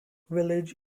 village